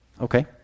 okay